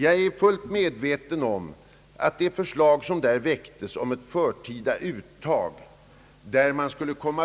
Jag är fullt medveten om att förslaget om ett förtida uttag utan tillämpning